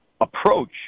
approach